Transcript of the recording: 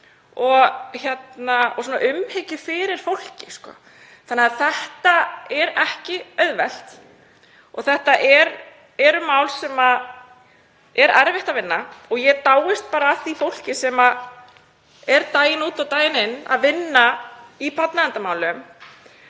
og umhyggju fyrir fólki þannig að þetta er ekki auðvelt. Þetta er eru mál sem er erfitt að vinna og ég dáist að því fólki sem er daginn út og daginn inn að vinna í barnaverndarmálum.